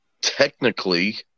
technically